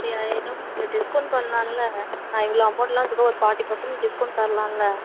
அப்படியா என்னங்க கொஞ்சம் டிஸ்கவுண்ட் பண்ணலான்ல நான் இவ்வளோ அமௌண்ட்லாம் ஒரு ஃபார்ட்டி பர்சன்ட் டிஸ்கவுண்ட் தரலான்ல